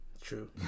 True